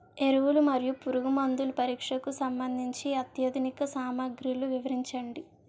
ఎరువులు మరియు పురుగుమందుల పరీక్షకు సంబంధించి అత్యాధునిక సామగ్రిలు వివరించండి?